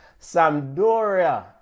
Sampdoria